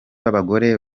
b’abagore